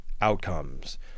outcomes